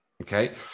Okay